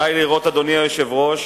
די לראות, אדוני היושב-ראש,